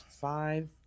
five